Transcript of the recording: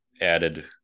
added